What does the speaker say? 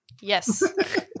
Yes